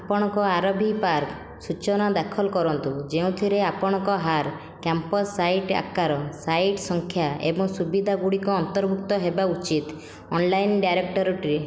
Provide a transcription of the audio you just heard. ଆପଣଙ୍କ R V park ସୂଚନା ଦାଖଲ କରନ୍ତୁ ଯେଉଁଥିରେ ଆପଣଙ୍କ ହାର କ୍ୟାମ୍ପସ୍ ସାଇଟ୍ ଆକାର ସାଇଟ୍ ସଂଖ୍ୟା ଏବଂ ସୁବିଧା ଗୁଡ଼ିକ ଅନ୍ତର୍ଭୁକ୍ତ ହେବା ଉଚିତ୍ ଅନଲାଇନ୍ ଡାଇରକ୍ଟୋରୀଟିରେ